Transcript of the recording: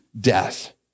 death